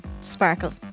sparkle